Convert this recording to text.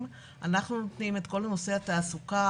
ואנחנו נותנים את כל נושא התעסוקה,